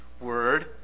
Word